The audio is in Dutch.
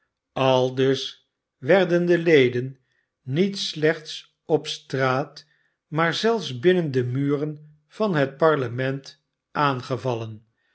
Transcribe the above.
aldus werden de leden niet slechts op straat maar zelfs binnen de muren van het parlement aangevallen